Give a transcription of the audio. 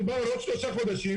מדובר על עוד שלושה חודשים,